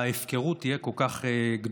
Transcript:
ההפקרות תהיה כל כך גדולה.